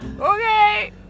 Okay